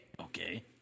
Okay